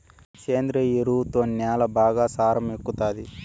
సేంద్రియ ఎరువుతో న్యాల బాగా సారం ఎక్కుతాది